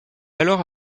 alors